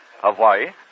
Hawaii